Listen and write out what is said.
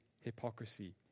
hypocrisy